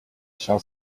shall